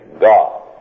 God